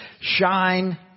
shine